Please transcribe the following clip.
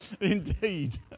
indeed